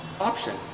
option